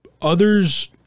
others